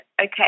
Okay